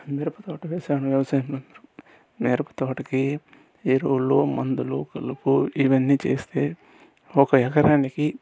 మిరపతోట వేసాను వ్యవసాయంలో మిరపతోటకి ఎరువులు మందులు కలుపు ఇవన్నీ చేస్తే ఒక ఎకరానికి